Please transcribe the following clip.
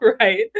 Right